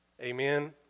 Amen